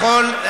הוא יכול.